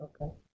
Okay